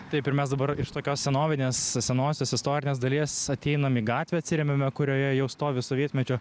taip ir mes dabar iš tokios senovinės senosios istorinės dalies ateinam į gatvę atsiremiame kurioje jau stovi sovietmečio